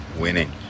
winning